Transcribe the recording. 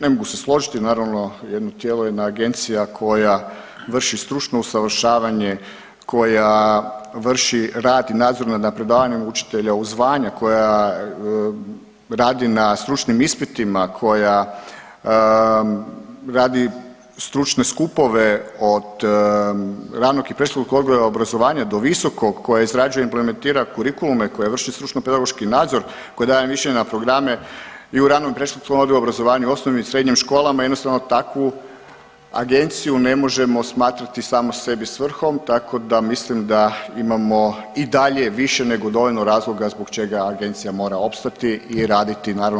Ne mogu se složiti naravno jedno tijelo je agencija koja vrši stručno usavršavanje, koja vrši rad i nadzor na predavanju učitelja u zvanja, koja radi na stručnim ispitima, koja radi stručne skupove od ranog i predškolskog obrazovanja do visokog, koja izrađuje i implementira kurikulume, koja vrši stručni pedagoški nadzor, koja daje mišljenja na programe i u ranom i predškolskom odgoju i obrazovanju u osnovnim i srednjim školama i jednostavno takvu agenciju ne možemo smatrati samo sebi svrhom, tako da mislim da imamo i dalje više nego dovoljno razloga zbog čega agencija mora opstati i raditi naravno.